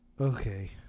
Okay